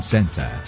Center